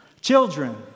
Children